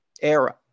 era